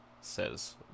says